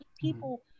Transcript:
people